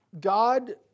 God